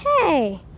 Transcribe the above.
Hey